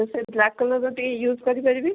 ସେ ବ୍ଲାକ୍ କଲରର ଟିକେ ୟୁଜ୍ କରିପାରିବି